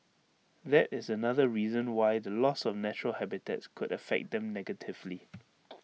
that is another reason why the loss of natural habitats could affect them negatively